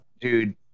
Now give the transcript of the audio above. Dude